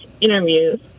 interviews